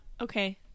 okay